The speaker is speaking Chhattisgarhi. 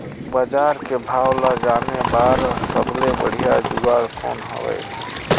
बजार के भाव ला जाने बार सबले बढ़िया जुगाड़ कौन हवय?